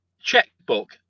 checkbook